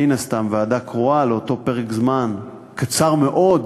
מן הסתם, ועדה קרואה לאותו פרק זמן קצר מאוד,